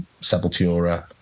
Sepultura